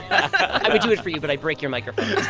i would do it for you, but i'd break your microphones